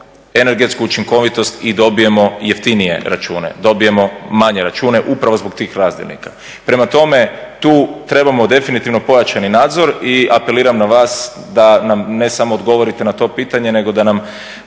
energetsku učinkovitost i dobijemo jeftinije račune, dobijemo manje račune upravo zbog tih razdjelnika. Prema tome, tu trebamo definitivno pojačani nadzor i apeliram na vas da nam ne samo odgovorite na to pitanje, nego da nam